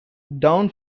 down